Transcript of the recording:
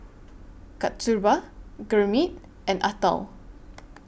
Kasturba Gurmeet and Atal